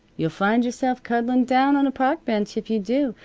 you'll find yourself cuddling down on a park bench if you do.